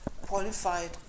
qualified